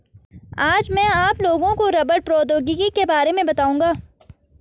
आज मैं आप लोगों को रबड़ प्रौद्योगिकी के बारे में बताउंगा